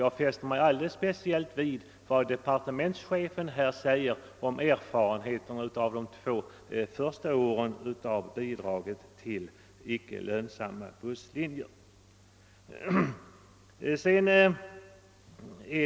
Jag fäste mig alldeles speciellt vid vad dåvarande departementschefen sade om erfarenheterna av systemet med bidrag till icke lönsamma busslinjer under de två första åren.